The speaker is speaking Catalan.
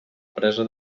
presa